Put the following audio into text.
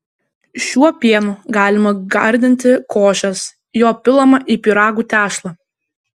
šiuo pienu galima gardinti košes jo pilama į pyragų tešlą